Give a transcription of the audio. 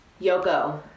Yoko